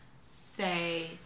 say